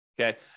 Okay